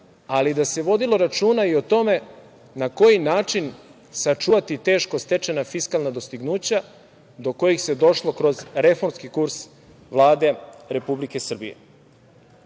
ali da se vodilo računa i o tome na koji način sačuvati teško stečena fiskalna dostignuća, do kojih se došlo kroz reformski kurs Vlade Republike Srbije. Maločas